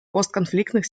постконфликтных